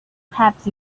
perhaps